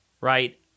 right